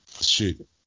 Shoot